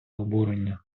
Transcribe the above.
обурення